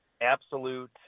absolute